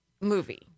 movie